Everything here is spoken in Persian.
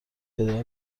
پدر